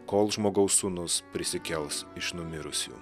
kol žmogaus sūnus prisikels iš numirusių